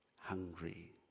hungry